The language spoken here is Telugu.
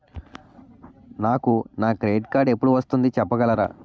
నాకు నా క్రెడిట్ కార్డ్ ఎపుడు వస్తుంది చెప్పగలరా?